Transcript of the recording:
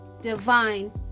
divine